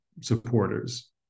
supporters